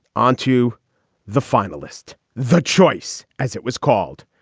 onto the final list. the choice, as it was called,